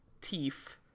teeth